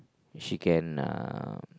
she can uh